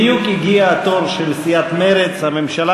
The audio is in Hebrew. בדיוק הגיע התור של סיעת מרצ: הממשלה